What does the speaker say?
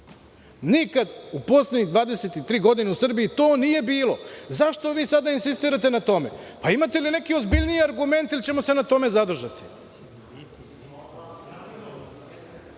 Nikad u poslednje 23 godine u Srbiji to nije bilo. Zašto vi sada insistirate na tome? Da li imate neki ozbiljniji argument ili ćemo se na tome zadržati? Prema